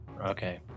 Okay